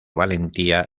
valentía